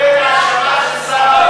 לבין האשמה של שר האוצר,